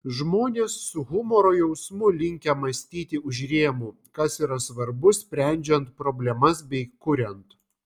žmonės su humoro jausmu linkę mąstyti už rėmų kas yra svarbu sprendžiant problemas bei kuriant